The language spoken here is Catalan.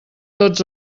tots